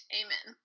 amen